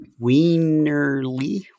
Wienerly